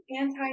anti